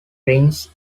rings